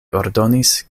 ordonis